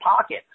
pocket